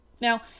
Now